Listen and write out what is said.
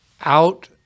out